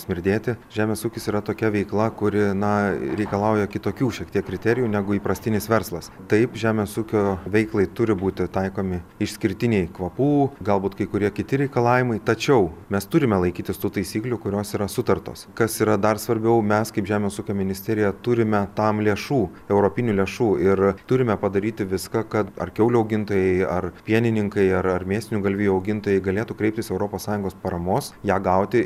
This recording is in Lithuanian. smirdėti žemės ūkis yra tokia veikla kuri na reikalauja kitokių šiek tiek kriterijų negu įprastinis verslas taip žemės ūkio veiklai turi būti taikomi išskirtiniai kvapų galbūt kai kurie kiti reikalavimai tačiau mes turime laikytis tų taisyklių kurios yra sutartos kas yra dar svarbiau mes kaip žemės ūkio ministerija turime tam lėšų europinių lėšų ir turime padaryti viską kad ar kiaulių augintojai ar pienininkai ar ar mėsinių galvijų augintojai galėtų kreiptis europos sąjungos paramos ją gauti